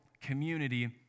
community